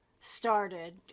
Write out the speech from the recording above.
started